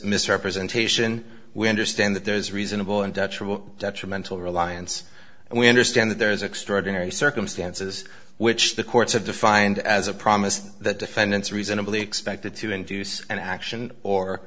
misrepresentation we understand that there is reasonable and detrimental reliance and we understand that there is extraordinary circumstances which the courts have defined as a promise that defendants reasonably expected to induce an action or